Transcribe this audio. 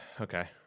Okay